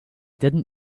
didn’t